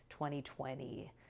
2020